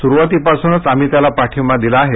सुरुवातीपासूनच आम्ही त्याला पाठिंबा दिला आहे